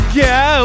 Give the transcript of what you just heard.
go